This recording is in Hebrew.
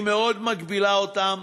היא מאוד מגבילה אותם.